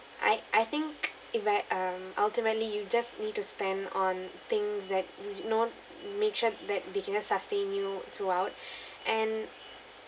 I I think if I um ultimately you just need to spend on things that not make sure that they can sustain you throughout and